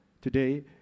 today